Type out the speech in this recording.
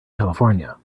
california